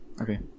Okay